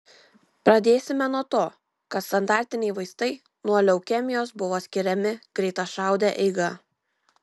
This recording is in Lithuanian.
pradėsime nuo to kad standartiniai vaistai nuo leukemijos buvo skiriami greitašaude eiga